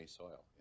soil